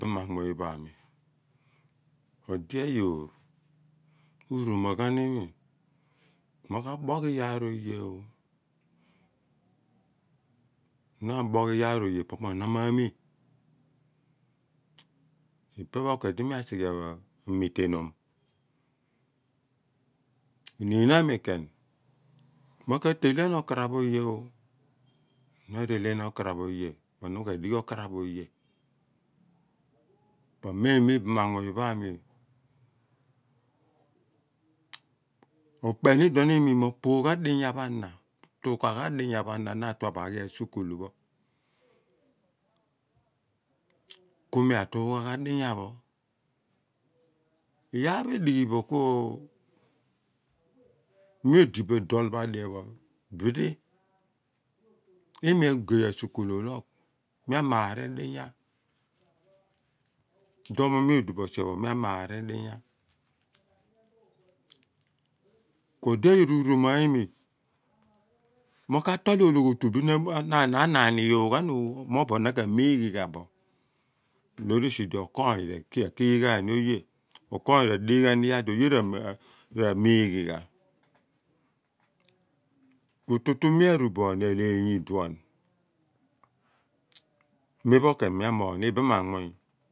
ode ayoor uromaghan imi mo ka boogh iyaar oye ooh na boogh iyaar oye poo na mami ipe pho kedi mi asighe amitanum oniin a miin keeny mo ka tahean okrap oye ooh mo na areelian okarap oye pho na madighi okaraph oye pa mom mo ibaamamuny pho a mi ubeeni dio pho imi moo poogham tougha dii yaah pho ana diyaa anah bin aghi asukul pho kumi atua gha ghan diyaa pho iyaar pho edighi bo ku iyaar pho edighi bo ku mi odi bo dool pho ediepho imi ogey asukul uloogh mia maari di yaar idio pho mio dibo seeny pho mia maari diyar kua ode a yoor uroma imi mo kah tool olooghotu bem anani googh ghan ooh mobo na ka miighi gha bo loor esi di okoony rakigh gha ni oye okoony radigh aan iyaar di oye ra mighi ghan kututu mia aruboo aleey idion mii mo pho mia moogh ni igbama muny.